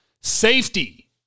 Safety